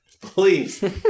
Please